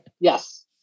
Yes